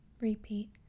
Repeat